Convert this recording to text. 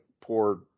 poor